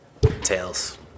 tails